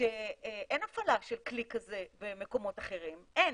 שאין הפעלה של כלי כזה במקומות אחרים אין,